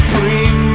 Bring